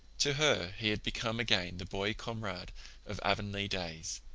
to her he had become again the boy-comrade of avonlea days,